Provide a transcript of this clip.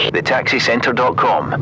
TheTaxiCentre.com